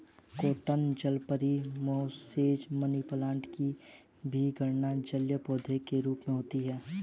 croton जलपरी, mosaic, money plant की भी गणना जलीय पौधे के रूप में होती है